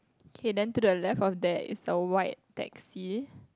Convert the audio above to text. okay then to the left of that is a white taxi